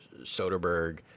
Soderbergh